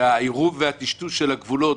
הטשטוש של הגבולות,